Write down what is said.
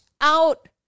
out